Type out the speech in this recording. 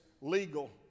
legal